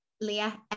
Leah